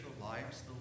lives